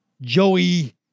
Joey